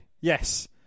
Yes